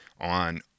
on